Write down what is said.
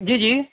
جی جی